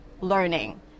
learning